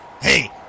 Hey